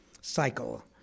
cycle